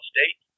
State